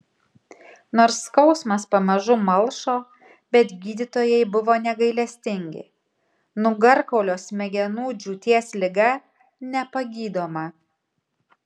nors skausmas pamažu malšo bet gydytojai buvo negailestingi nugarkaulio smegenų džiūties liga nepagydoma